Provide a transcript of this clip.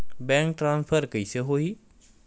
Bank transfer कइसे होही?